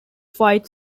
fight